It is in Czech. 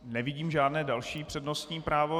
Nevidím žádné další přednostní právo.